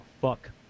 fuck